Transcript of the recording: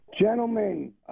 Gentlemen